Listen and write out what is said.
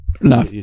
No